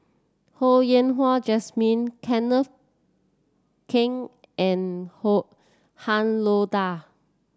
Ho Yen Wah Jesmine Kenneth Keng and Han Lao Da